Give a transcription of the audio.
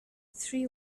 three